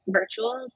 virtual